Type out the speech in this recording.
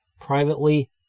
privately